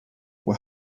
were